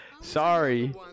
Sorry